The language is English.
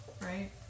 Right